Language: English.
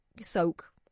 soak